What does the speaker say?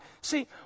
See